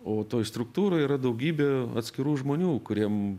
o toj struktūroj yra daugybė atskirų žmonių kuriem